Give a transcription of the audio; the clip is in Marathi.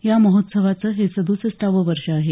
या महोत्सवाचं हे सद्सष्टावं वर्ष आहे